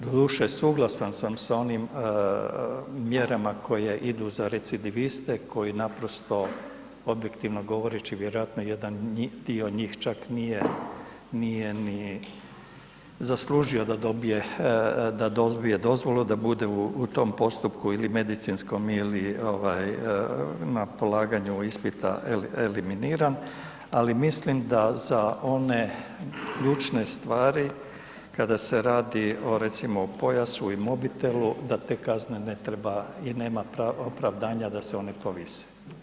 Doduše, suglasan sam sa onim mjerama koje idu za recidiviste koji naprosto objektivno govoreći vjerojatno jedan dio njih čak nije ni zaslužio da dobije dozvolu da bude u tom postupku ili medicinskom ili na polaganju ispita eliminiran ali mislim da za one ključne stvari kada se radi recimo o pojasu i mobitelu da te kazne ne treba i nema opravdanja da se one povise.